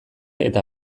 eta